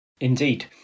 Indeed